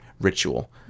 ritual